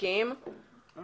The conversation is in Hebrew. אשמח